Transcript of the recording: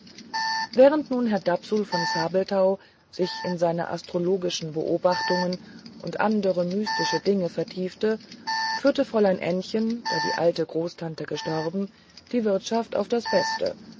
während nun herr dapsul von zabelthau sich in seine astrologischen beobachtungen und in andere mystische dinge vertiefte führte fräulein ännchen da die alte großtante gestorben die wirtschaft auf das beste